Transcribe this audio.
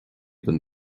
den